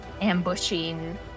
ambushing